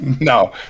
no